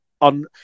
on